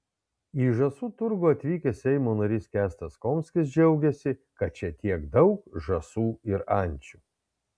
į žąsų turgų atvykęs seimo narys kęstas komskis džiaugėsi kad čia tiek daug žąsų ir ančių